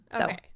Okay